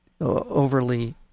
overly